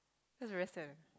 that's very sad leh